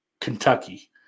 Kentucky